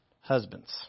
husbands